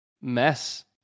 mess